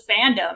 fandom